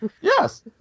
Yes